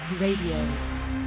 Radio